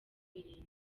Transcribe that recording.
irindwi